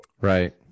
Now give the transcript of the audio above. Right